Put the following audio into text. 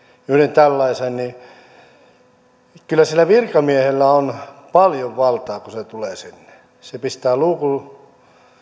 tällaisen ja kyllä sillä virkamiehellä on paljon valtaa kun se tulee sinne se pistää